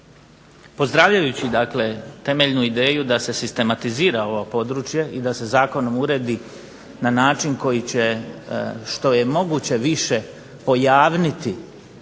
Pozdravljajući dakle temeljnu ideju da se sistematizira ovo područje i da se zakonom uredi na način koji će što je moguće više pojavniti